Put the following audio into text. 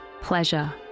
pleasure